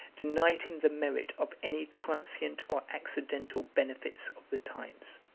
denied him the merit of any transient or accidental benefits of the times.